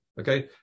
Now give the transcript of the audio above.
Okay